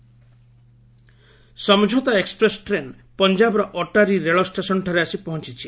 Samjhauta express Samjhauta express train ପଞ୍ଜାବର ଅଟାରି ରେଳଷ୍ଟେସନ୍ଠାରେ ଆସି ପହଞ୍ଚିଛି